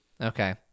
Okay